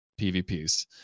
PVPs